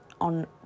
on